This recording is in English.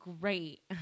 great